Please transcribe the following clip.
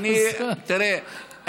תראה,